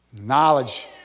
Knowledge